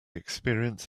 experience